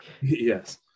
Yes